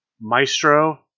Maestro